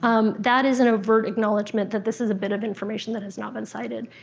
um that is an overt acknowledgement that this is a bit of information that has not been cited.